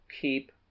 keep